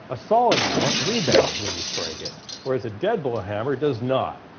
a solid mallet rebounds when you strike it whereas a dead-blow ah hammer does not.